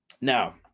Now